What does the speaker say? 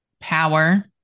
power